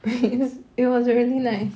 it was really nice